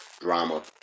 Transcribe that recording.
drama